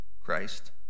Christ